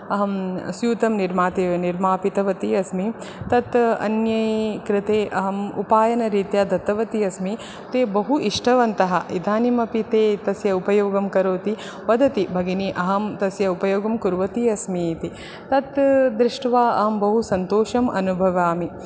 अहं स्यूतं निर्माति निर्मापितवती अस्मि तत् अन्यै कृते अहम् उपायनरीत्या दत्तवती अस्मि ते बहु इष्टवन्तः इदानीमपि ते तस्य उपयोगं करोति वदति भगिनि अहं तस्य उपयोगं कुर्वती अस्मि इति तत् दृष्ट्वा अहं बहु सन्तोषम् अनुभवामि